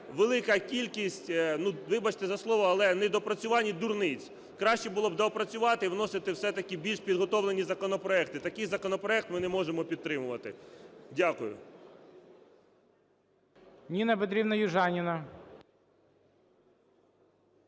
велика кількість, вибачте за слово, але недоопрацювань і дурниць. Краще було б доопрацювати і вносити все-таки більш підготовлені законопроекти. Такий законопроект ми не можемо підтримувати. Дякую.